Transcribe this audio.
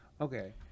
okay